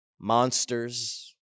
monsters